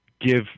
give